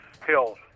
Hills